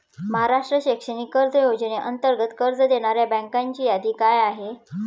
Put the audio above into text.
महाराष्ट्र शैक्षणिक कर्ज योजनेअंतर्गत कर्ज देणाऱ्या बँकांची यादी काय आहे?